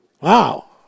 Wow